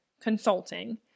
consulting